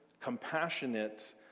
compassionate